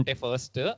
first